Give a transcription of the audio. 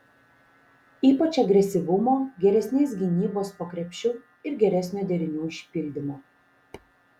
ypač agresyvumo geresnės gynybos po krepšiu ir geresnio derinių išpildymo